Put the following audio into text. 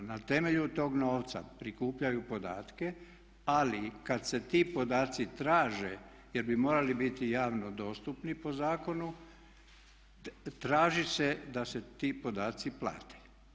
Na temelju tog novca prikupljaju podatke, ali kad se ti podaci traže jer bi morali biti javno dostupni po zakonu traži se da se ti podaci plate.